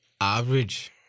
average